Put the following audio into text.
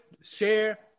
share